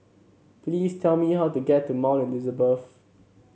please tell me how to get to Mount Elizabeth